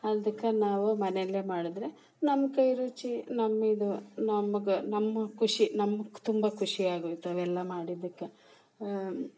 ಅದಕ್ಕೆ ನಾವು ಮನೆಯಲ್ಲೇ ಮಾಡಿದರೆ ನಮ್ಮ ಕೈರುಚಿ ನಮ್ಮಿದು ನಮ್ಗೆ ನಮ್ಮ ಖುಷಿ ನಮ್ಗೆ ತುಂಬ ಖುಷಿ ಆಗೋಯ್ತು ಅವೆಲ್ಲ ಮಾಡಿದ್ದಕ್ಕೆ